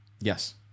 Yes